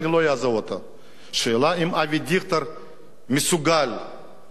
השאלה היא אם אבי דיכטר מסוגל להגן עלינו.